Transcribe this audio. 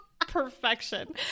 Perfection